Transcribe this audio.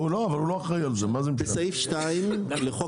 בסעיף 2 לחוק